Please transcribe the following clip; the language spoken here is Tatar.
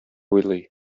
уйлый